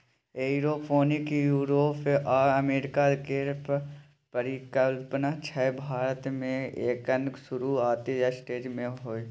aeroponic Europe आ America केर परिकल्पना छै भारत मे एखन शुरूआती स्टेज मे छै